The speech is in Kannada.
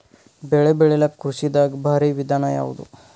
ಬೆಳೆ ಬೆಳಿಲಾಕ ಕೃಷಿ ದಾಗ ಭಾರಿ ವಿಧಾನ ಯಾವುದು?